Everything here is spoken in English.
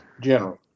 general